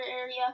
area